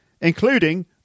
including